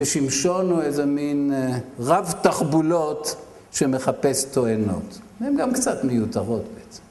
ושמשון הוא איזה מין רב תחבולות שמחפש טוענות. והן גם קצת מיותרות בעצם.